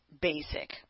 basic